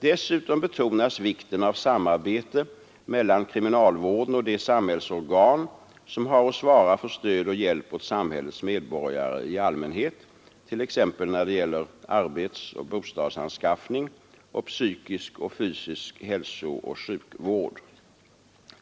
Dessutom betonas vikten av samarbete mellan kriminalvården och de samhällsorgan som har att svara för stöd och hjälp åt samhällets medborgare i allmänhet, t.ex. när det gäller arbetsoch bostadsanskaffning och psykisk och fysisk hälsooch sjukvård.